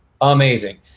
Amazing